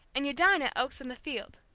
and you dine at oaks-in-the-field,